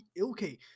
Okay